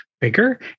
bigger